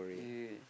is it